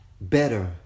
Better